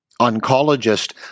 oncologist